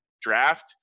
draft